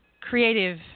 creative